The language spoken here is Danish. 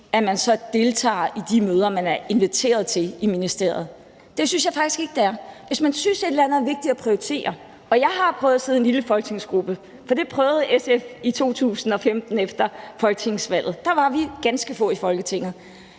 at man deltager i de møder, man er inviteret til i ministeriet, hvis man synes, en sag er vigtig? Det synes jeg faktisk ikke det er, hvis man synes, et eller andet er vigtigt at prioritere. Og jeg har prøvet at sidde i en lille folketingsgruppe, for det prøvede SF i 2015 efter folketingsvalget, hvor vi var ganske få i Folketinget,